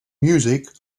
music